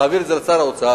תעביר את זה לשר האוצר.